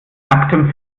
nacktem